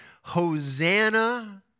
Hosanna